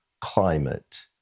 climate